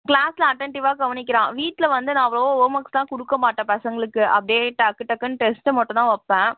க்ளாஸில் அட்டண்ட்டீவ்வாக கவனிக்கிறான் வீட்டில் வந்து நான் அவ்வளவோ ஹோம் ஒர்க்ஸ்லாம் கொடுக்க மாட்டேன் பசங்களுக்கு அப்படியே டக்கு டக்குனு டெஸ்ட்டு மட்டும் தான் வைப்பேன்